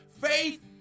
Faith